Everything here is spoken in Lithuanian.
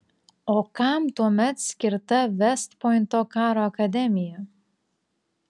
o kam tuomet skirta vest pointo karo akademija